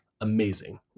amazing